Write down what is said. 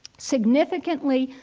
significantly,